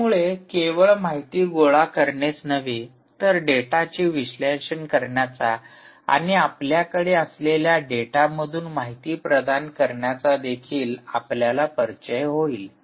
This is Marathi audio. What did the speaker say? यामुळे केवळ माहिती गोळा करणेच नव्हे तर डेटाचे विश्लेषण करण्याचा आणि आपल्याकडे असलेल्या डेटामधून माहिती प्रदान करण्याचा देखील आपल्याला परिचय होईल